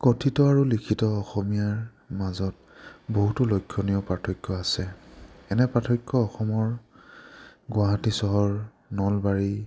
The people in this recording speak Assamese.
কথিত আৰু লিখিত অসমীয়াৰ মাজত বহুতো লক্ষণীয় পাৰ্থক্য আছে এনে পাৰ্থক্য অসমৰ গুৱাহাটী চহৰ নলবাৰী